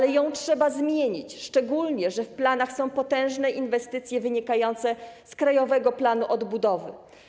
Tę ustawę trzeba zmienić, szczególnie że w planach są potężne inwestycje wynikające z Krajowego Planu Odbudowy.